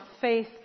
faith